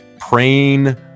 Praying